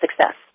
success